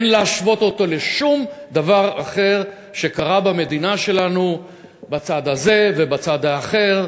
אין להשוות אותו לשום דבר אחר שקרה במדינה שלנו בצד הזה ובצד האחר,